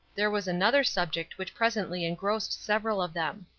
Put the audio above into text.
there was another subject which presently engrossed several of them.